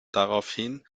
daraufhin